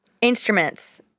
instruments